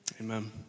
Amen